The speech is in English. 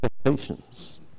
expectations